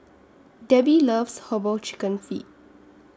Debbi loves Herbal Chicken Feet